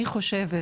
אני חושבת